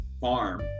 farm